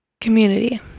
Community